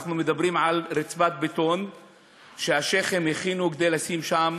אנחנו מדברים על רצפת בטון שהשיח'ים הכינו כדי לשים שם